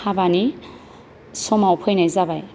हाबानि समाव फैनाय जाबाय